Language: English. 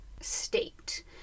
state